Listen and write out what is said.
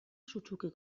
sutsuki